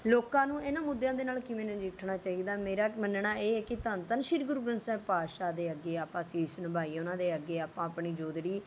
ਲੋਕਾਂ ਨੂੰ ਇਹਨਾਂ ਮੁੱਦਿਆਂ ਦੇ ਨਾਲ ਕਿਵੇਂ ਨਜਿੱਠਣਾ ਚਾਹੀਦਾ ਮੇਰਾ ਮੰਨਣਾ ਇਹ ਹੈ ਕਿ ਧੰਨ ਧੰਨ ਸ਼੍ਰੀ ਗੁਰੂ ਗ੍ਰੰਥ ਸਾਹਿਬ ਪਾਤਸ਼ਾਹ ਦੇ ਅੱਗੇ ਆਪਾਂ ਸੀਸ ਨਿਭਾਈਏ ਉਹਨਾਂ ਦੇ ਅੱਗੇ ਆਪਾਂ ਆਪਣੀ ਜੋਦਰੀ